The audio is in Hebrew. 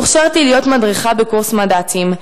הוכשרתי להיות מדריכה בקורס מד"צים,